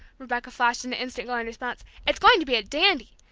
rebecca flashed into instant glowing response. it's going to be a dandy!